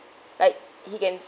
like he can